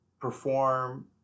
perform